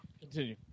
Continue